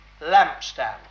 lampstand